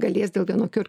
galės dėl vienokių ar